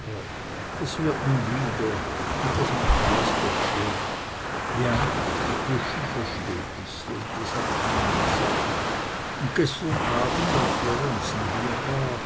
es wird nu wieder un das macht alles der tee ja die buschen versteht es das hab ich immer gesagt und gestern abend als lorenzen hier war